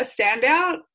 standout